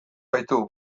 baitu